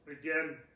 again